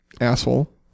asshole